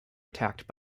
attacked